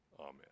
Amen